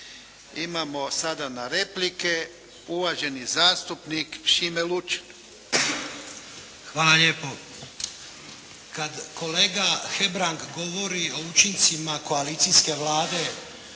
Idemo sada na replike, uvaženi zastupnik Šime Lučin. **Lučin, Šime (SDP)** Hvala lijepo. Kad kolega Hebrang govori o učincima koalicijske Vlade